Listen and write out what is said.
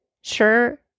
sure